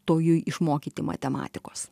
tojui išmokyti matematikos